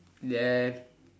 yes